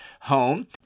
home